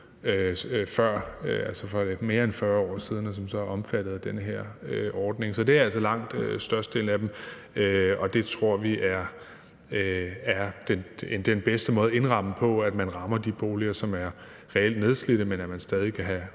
for mere end 40 år siden, og som så er omfattet af den her ordning. Så det er altså langt størstedelen af dem, og vi tror, den bedste måde at indramme det på, er, at man rammer de boliger, som reelt er nedslidte, samtidig med man stadig væk kan have